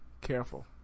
Careful